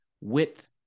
width